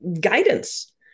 guidance